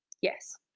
yes